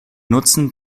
nutzen